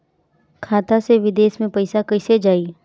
खाता से विदेश मे पैसा कईसे जाई?